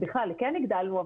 כן הגדלנו,